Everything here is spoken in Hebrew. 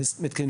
מבחינתי,